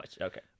Okay